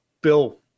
Bill